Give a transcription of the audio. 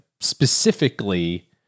specifically